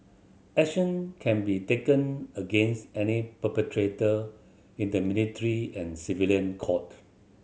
action can be taken against any perpetrator in the military and civilian court